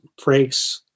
Frakes